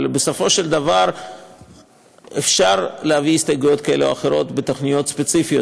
אבל בסופו של דבר אפשר להביא הסתייגויות כאלה ואחרות בתוכניות ספציפיות,